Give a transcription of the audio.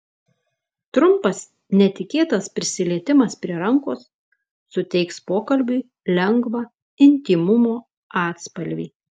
trumpas netikėtas prisilietimas prie rankos suteiks pokalbiui lengvą intymumo atspalvį